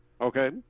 Okay